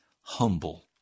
humble